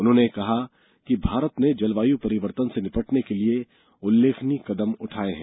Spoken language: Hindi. उन्होंने कहा कि भारत ने जलवायु परिवर्तन से निपटने के लिए उल्लेखनीय कदम उठाए हैं